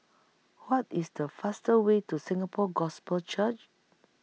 What IS The fastest Way to Singapore Gospel Church